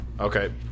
Okay